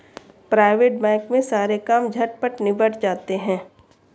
private bank में सारे काम झटपट निबट जाते हैं